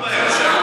יש בחירות באמצע.